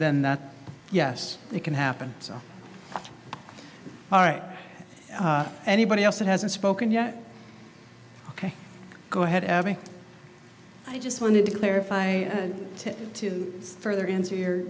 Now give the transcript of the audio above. then that yes it can happen so all right anybody else that hasn't spoken yet ok go ahead abbie i just wanted to clarify to to further into your